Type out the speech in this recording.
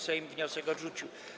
Sejm wniosek odrzucił.